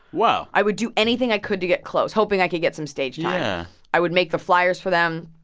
wow i would do anything i could to get close, hoping i could get some stage time yeah i would make the flyers for them.